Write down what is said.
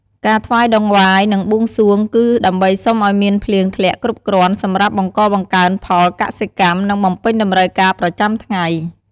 ការថ្វាយតង្វាយ និងបួងសួងគឺដើម្បីសុំឱ្យមានភ្លៀងធ្លាក់គ្រប់គ្រាន់សម្រាប់បង្កបង្កើនផលកសិកម្ម និងបំពេញតម្រូវការប្រចាំថ្ងៃ។